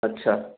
اچھا